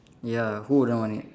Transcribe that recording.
ya who wouldn't want it